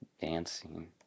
dancing